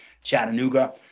Chattanooga